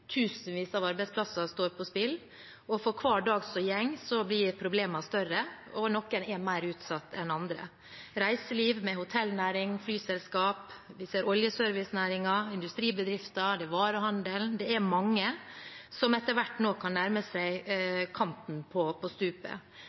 Tusenvis av arbeidsplasser står på spill, og for hver dag som går, blir problemene større, og noen er mer utsatt enn andre. Det er reiseliv med hotellnæring og flyselskaper, vi ser oljeservicenæringen, industribedrifter, det er varehandelen – det er mange som etter hvert nå kan nærme seg kanten av stupet.